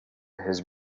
his